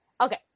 Okay